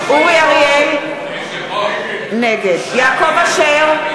נגד עשרות אלפי ילדים ירדו מתחת לקו העוני.